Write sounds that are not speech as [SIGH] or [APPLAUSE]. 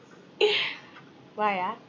[LAUGHS] why ah